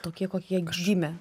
tokie kokie jie gimė